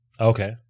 Okay